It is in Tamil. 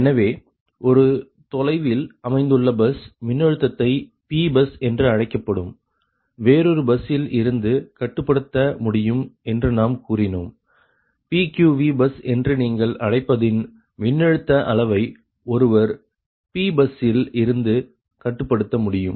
எனவே ஒரு தொலைவில் அமைந்துள்ள பஸ் மின்னழுத்தத்தை Pபஸ் என்று அழைக்கப்படும் வேறொரு பஸ்ஸில் இருந்து கட்டுப்படுத்த முடியும் என்று நாம் கூறினோம் PQVபஸ் என்று நீங்கள் அழைப்பதின் மின்னழுத்த அளவை ஒருவர் Pபஸ்ஸில் இருந்து கட்டுப்படுத்த முடியும்